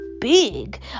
big